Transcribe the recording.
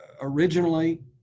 originally